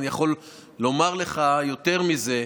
אני יכול לומר לך יותר מזה,